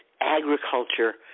agriculture